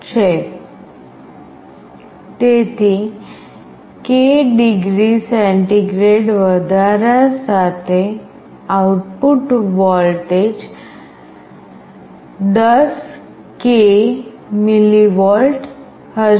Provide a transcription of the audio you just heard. તેથી k degree centigrade વધારા સાથે આઉટપુટ વોલ્ટેજ 10k mV હશે